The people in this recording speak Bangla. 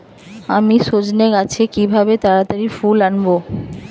আমি সজনে গাছে কিভাবে তাড়াতাড়ি ফুল আনব?